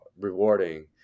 rewarding